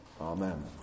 Amen